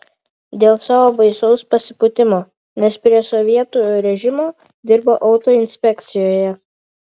dėl savo baisaus pasipūtimo nes prie sovietų režimo dirbo autoinspekcijoje